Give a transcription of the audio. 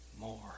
more